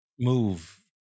Move